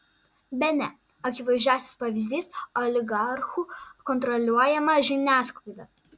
bene akivaizdžiausias pavyzdys oligarchų kontroliuojama žiniasklaida